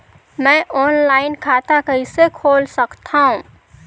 मैं ऑनलाइन खाता कइसे खोल सकथव?